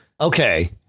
Okay